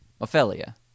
Ophelia